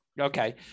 okay